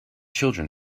children